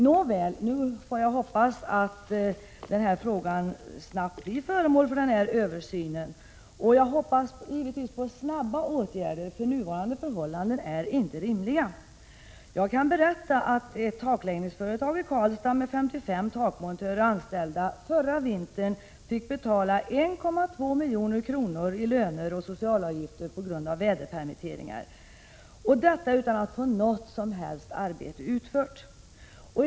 Nåväl, jag får hoppas att frågan omgående blir föremål för en översyn. Jag hoppas givetvis på snabba åtgärder, för nuvarande förhållanden är inte rimliga! Jag kan berätta att ett takläggningsföretag i Karlstad med 55 takmontörer anställda förra vintern fick betala 1,2 milj.kr. i löner och sociala avgifter, utan att få något som helst arbete utfört på grund av väderpermitteringar.